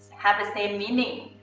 have the same meaning,